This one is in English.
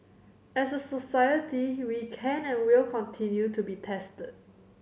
as a society we can and will continue to be tested